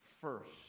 first